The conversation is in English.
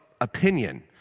opinion